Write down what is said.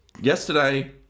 Yesterday